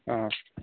অঁ